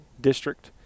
district